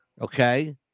Okay